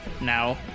Now